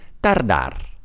tardar